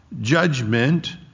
judgment